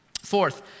fourth